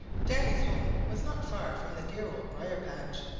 danny's home was not far from the dear old briar-patch,